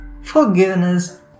forgiveness